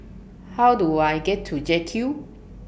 How Do I get to J Cube